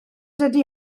dydy